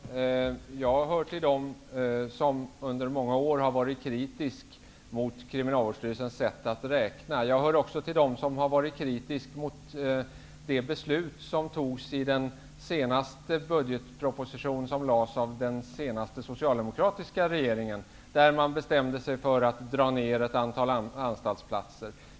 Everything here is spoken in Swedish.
Herr talman! Jag hör till dem som under många år har varit kritisk mot Kriminalvårdsstyrelsens sätt att räkna. Jag hör också till dem som har varit kritisk mot de beslut som fattades i samband med den senaste socialdemokratiska regeringens sista budgetproposition. I det beslutet bestämde man att dra ned antalet anstaltsplatser.